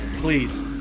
Please